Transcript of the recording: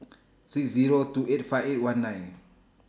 six Zero two eight five eight one nine